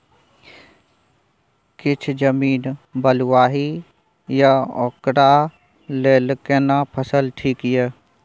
किछ जमीन बलुआही ये ओकरा लेल केना फसल ठीक ये?